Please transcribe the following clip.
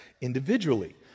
individually